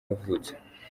yavutse